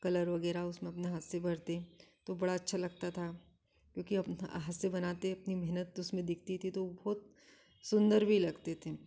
colour वगैरह उसमें अपने हाथ से भरते तो बड़ा अच्छा लगता था क्योंकि आप हाथ से बनाते अपनी मेहनत उसमें दिखती थी तो वो बहुत सुंदर भी लगते थे